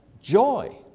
joy